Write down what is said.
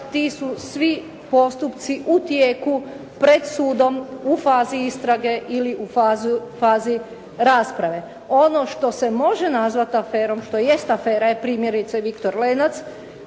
ti su svi postupci u tijeku pred sudom, u fazi istrage ili u fazi rasprave. Ono što se može nazvati aferom, što jest afera je primjerice "Viktor Lenac"